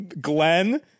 Glenn